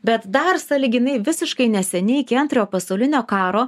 bet dar sąlyginai visiškai neseniai iki antrojo pasaulinio karo